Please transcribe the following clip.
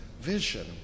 vision